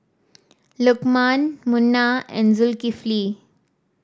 Lukman Munah and Zulkifli